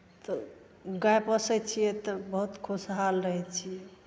तऽ गाय पोसै छियै तऽ बहुत खुशहाल रहै छी